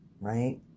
Right